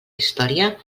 història